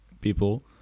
people